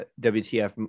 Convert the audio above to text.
WTF